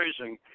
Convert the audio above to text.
raising